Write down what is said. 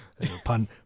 pun